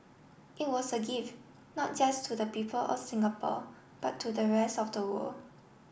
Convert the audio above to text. it was a gift not just to the people of Singapore but to the rest of the world